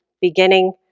beginning